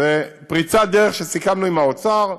זו פריצת דרך שסיכמנו עם האוצר,